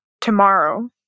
tomorrow